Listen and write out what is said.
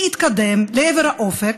להתקדם לעבר האופק?